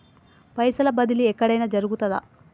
పైసల బదిలీ ఎక్కడయిన జరుగుతదా?